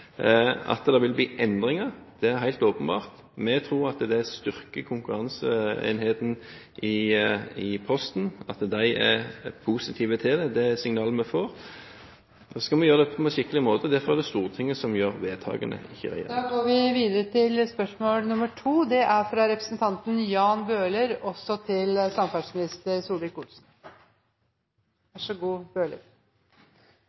At det vil bli endringer, er helt åpenbart. Vi tror at det styrker konkurranseenheten i Posten. At de er positive til det, er signalet vi får. Da skal vi gjøre dette på en skikkelig måte. Derfor er det Stortinget som gjør vedtakene, ikke regjeringen. Jeg vil gjerne stille samferdselsministeren følgende spørsmål: «Kapasiteten til nåværende T-banetunnel gjennom Oslo sentrum er